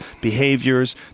behaviors